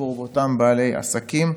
עבור אותם בעלי עסקים.